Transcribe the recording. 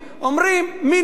אומרים: מינימום.